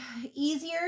easier